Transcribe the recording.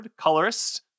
Colorist